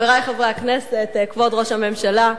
חברי חברי הכנסת, כבוד ראש הממשלה,